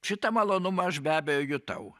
šitą malonumą aš be abejo jutau